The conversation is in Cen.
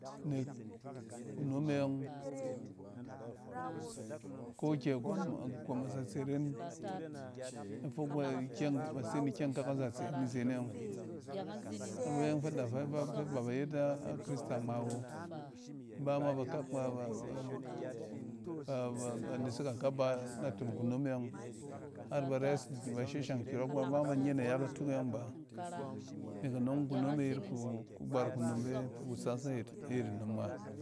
Nek kunome yɔng ko kyɛ gwɔm a gwɔm a zatse ren yɛ fok ɛ ikyɛng base ni kyɛng kak a zatse ni zen e ɔng. Har ba yɔng fɛ da fɛ-fɛ b aba yet a krista ngma awo, iba ma bakak b aba-ba-ba nesek a gap ba naton kunom e ɔng har ba rɛs ba shashang nkyɔrɔk ba ma ban ye nayak atuk e yɔng ba. Nek anɔng, kunome yet kugbat kunom fi ku sas ayet nnom ngma.